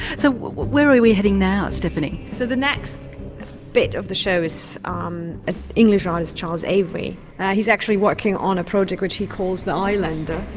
and so where are we heading now, stephanie? so the next bit of the show is um ah english artist charles avery, and he's actually working on a project which he calls the islander.